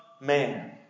man